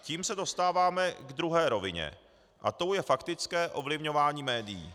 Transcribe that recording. Tím se dostáváme k druhé rovině a tou je faktické ovlivňování médií.